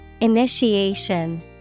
Initiation